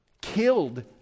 killed